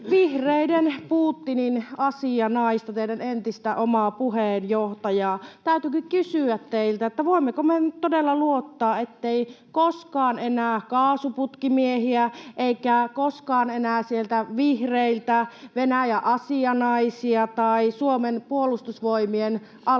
vihreiden Putin-asianaista, teidän entistä omaa puheenjohtajaa. Täytyykin kysyä teiltä, että voimmeko me nyt todella luottaa, ettei koskaan enää kaasuputkimiehiä eikä koskaan enää sieltä vihreiltä Venäjä-asianaisia tai Suomen puolustusvoimien alasajajia?